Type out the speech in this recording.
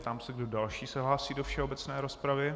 Ptám se, kdo další se hlásí do všeobecné rozpravy.